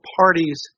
parties